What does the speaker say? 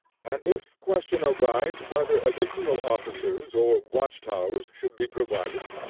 and if question arise whether additional officers or watch-towers should be provided,